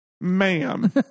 ma'am